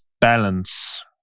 balance